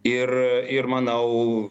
ir ir manau